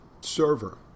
server